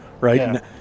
Right